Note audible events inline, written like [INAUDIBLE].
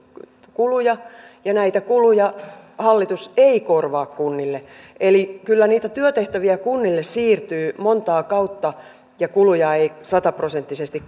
kuluja ja näitä kuluja hallitus ei korvaa kunnille eli kyllä niitä työtehtäviä kunnille siirtyy monta kautta ja kuluja ei sataprosenttisesti [UNINTELLIGIBLE]